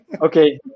okay